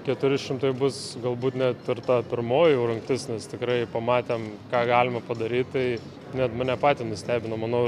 keturi šimtai bus galbūt net ir ta pirmoji jau rungtis nes tikrai pamatėm ką galima padaryt tai net mane patį nustebino manau